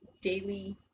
daily